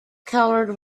colored